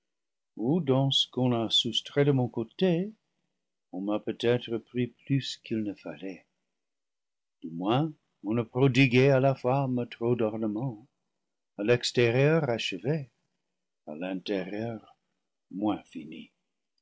ou dans ce qu'on a soustrait de mon côté on m'a peut-être pris plus qu'il ne fallait du moins on a prodigué à la femme trop d'ornement à l'extérieur achevée à l'intérieur moins finie